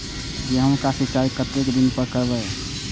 गेहूं का सीचाई कतेक दिन पर करबे?